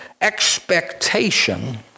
expectation